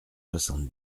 soixante